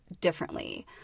differently